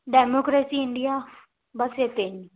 democracy India ਬਸ ਇਹ ਤਿੰਨ